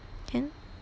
can